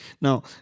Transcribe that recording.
Now